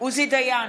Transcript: עוזי דיין,